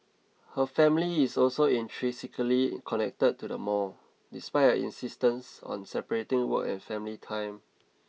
her family is also intrinsically connected to the mall despite her insistence on separating work and family time